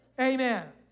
Amen